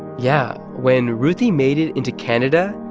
yeah. when ruthie made it into canada,